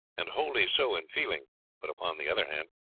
and wholly so in feeling but upon the other hand,